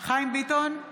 חיים ביטון,